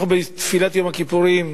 אנחנו, בתפילת יום הכיפורים,